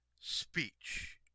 speech